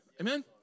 Amen